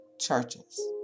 churches